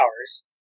hours